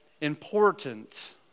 important